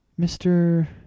Mr